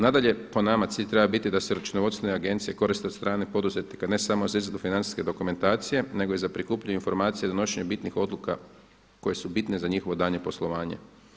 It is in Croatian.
Nadalje, po nama cilj treba biti da se računovodstvene agencije koriste od strane poduzetnika ne samo za izradu financijske dokumentacije nego i za prikupljanje informacija i donošenje bitnih odluka koje su bitne za njihovo daljnje poslovanje.